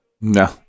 No